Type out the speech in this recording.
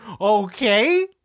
Okay